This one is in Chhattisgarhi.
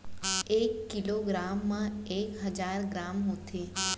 एक किलो ग्राम मा एक हजार ग्राम होथे